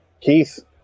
Keith